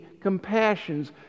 compassions